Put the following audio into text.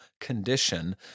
condition